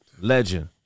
legend